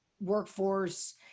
workforce